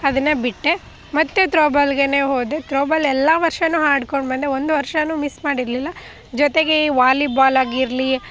ಅದನ್ನು ಬಿಟ್ಟೆ ಮತ್ತೆ ಥ್ರೋಬಾಲ್ಗೆನೇ ಹೋದೆ ಥ್ರೋಬಾಲ್ ಎಲ್ಲ ವರ್ಷವೂ ಆಡ್ಕೊಂಡು ಬಂದೆ ಒಂದು ವರ್ಷವೂ ಮಿಸ್ ಮಾಡಿರಲಿಲ್ಲ ಜೊತೆಗೆ ವಾಲಿಬಾಲ್ ಆಗಿರಲಿ